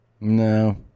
No